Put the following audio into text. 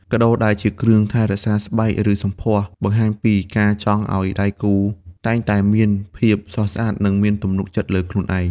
កាដូដែលជាគ្រឿងថែរក្សាស្បែក ឬសម្ផស្ស បង្ហាញពីការចង់ឱ្យដៃគូតែងតែមានភាពស្រស់ស្អាត និងមានទំនុកចិត្តលើខ្លួនឯង។